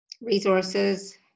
resources